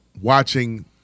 watching